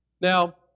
Now